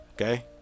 okay